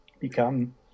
become